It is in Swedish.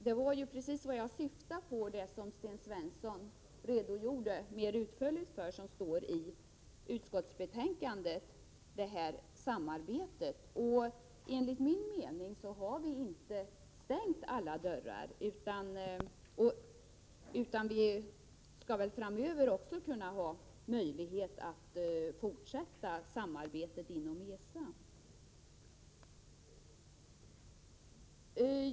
Det samarbete som Sten Svensson redogjorde för mer utförligt och som anges i utskottsbetänkandet var precis vad jag syftade på. Enligt min mening har vi inte stängt alla dörrar. Vi skall väl framöver också ha möjlighet att fortsätta samarbetet inom ESA.